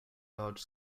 large